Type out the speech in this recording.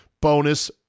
bonus